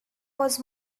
was